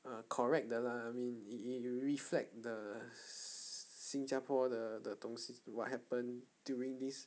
ah correct 的 lah I mean you you reflect the 新加坡的的东西 what happened during this